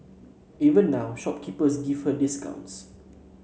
even now shopkeepers give her discounts